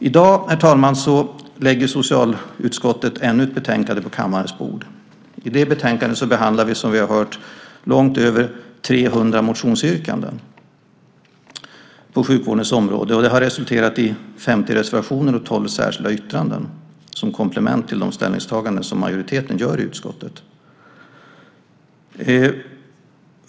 I dag, herr talman, lägger socialutskottet fram ännu ett betänkande på kammarens bord. I det betänkandet behandlar vi, som vi har hört, långt över 300 motionsyrkanden på sjukvårdens område. Det har resulterat i 50 reservationer och 12 särskilda yttranden som komplement till de ställningstaganden som majoriteten i utskottet gör.